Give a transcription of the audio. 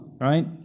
right